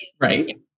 Right